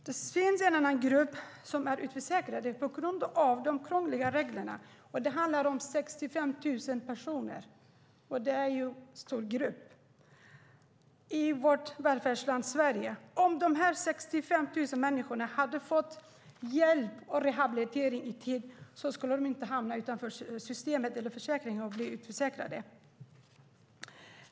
Det finns en annan grupp som är utförsäkrad på grund av de krångliga reglerna. Det handlar om 65 000 personer. Det är en stor grupp i vårt välfärdsland Sverige. Om dessa 65 000 människor hade fått hjälp och rehabilitering i tid hade de inte hamnat utanför systemet och blivit utförsäkrade.